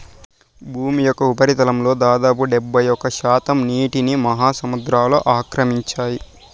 భూమి యొక్క ఉపరితలంలో దాదాపు డెబ్బైఒక్క శాతం నీటిని మహాసముద్రాలు ఆక్రమించాయి